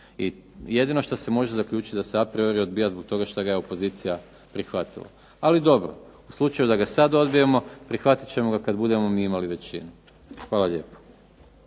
I jedino što se može zaključiti da se a priori odbija zbog toga šta ga je opozicija prihvatila. Ali dobro. U slučaju da ga sad odbijemo prihvatit ćemo ga kad budemo mi imali većinu. Hvala lijepo.